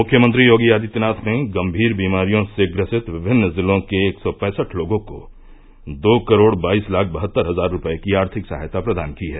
मुख्यमंत्री योगी आदित्यनाथ ने गम्मीर बीमारियों से ग्रसित विभिन्न जिलों के एक सौ पैंसठ लोगों को दो करोड़ बाईस लाख बहत्तर हजार रूपये की आर्थिक सहायता प्रदान की है